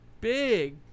big